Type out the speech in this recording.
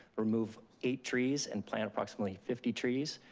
remove eight trees and plant approximately fifty trees,